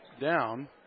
down